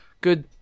good